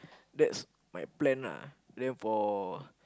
that's my plan ah then for